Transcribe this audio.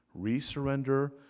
resurrender